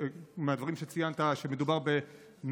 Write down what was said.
מהדברים שציינת עולה שמדובר במסית